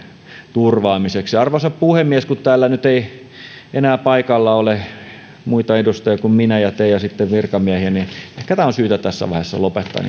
turvaamiseksi arvoisa puhemies kun täällä nyt ei enää paikalla ole muita edustajia kuin minä ja te ja sitten virkamiehiä niin ehkä tämä on syytä tässä vaiheessa lopettaa